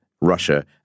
Russia